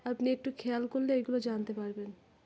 আপনি একটু খেয়াল করলে এগুলো জানতে পারবেন